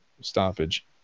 stoppage